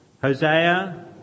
Hosea